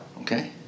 okay